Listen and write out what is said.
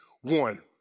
one